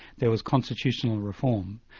there was constitutional reform.